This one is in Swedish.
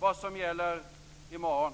vad som gäller i morgon.